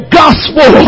gospel